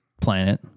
planet